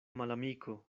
malamiko